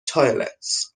toilets